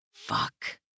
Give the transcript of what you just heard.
Fuck